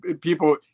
people